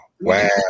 Wow